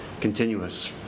continuous